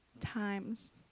times